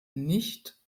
nicht